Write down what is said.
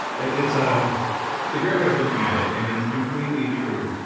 it's ah it's a great way of looking at it. and it's completely true.